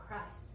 crust